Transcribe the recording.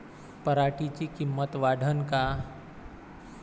पराटीची किंमत वाढन का?